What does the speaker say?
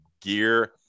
gear